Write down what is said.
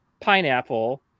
pineapple